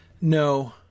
No